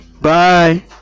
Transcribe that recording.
bye